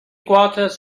quarters